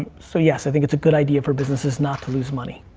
so yeah, so i think it's a good idea for businesses not to lose money.